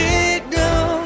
Signal